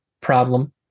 problem